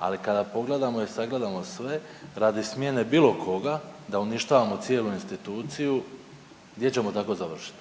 Ali kada pogledamo i sagledamo sve radi smjene bilo koga, da uništavamo cijelu instituciju gdje ćemo tako završiti?